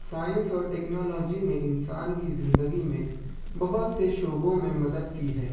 science اور technology نے انسان کی زندگی میں بہت سے شعبوں میں مدد کی ہے